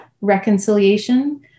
reconciliation